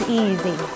easy